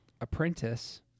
apprentice